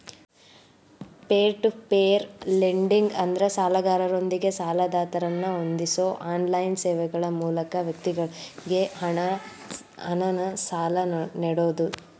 peer to peer lending ಅಂದ್ರ ಸಾಲಗಾರರೊಂದಿಗೆ ಸಾಲದಾತರನ್ನ ಹೊಂದಿಸೋ ಆನ್ಲೈನ್ ಸೇವೆಗಳ ಮೂಲಕ ವ್ಯಕ್ತಿಗಳಿಗಿ ಹಣನ ಸಾಲ ನೇಡೋದು